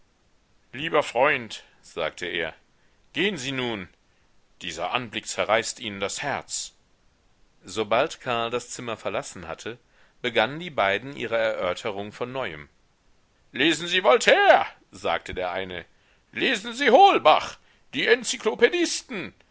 lieber freund sagte er gehn sie nun dieser anblick zerreißt ihnen das herz sobald karl das zimmer verlassen hatte begannen die beiden ihre erörterung von neuem lesen sie voltaire sagte der eine lesen sie holbach die enzyklopädisten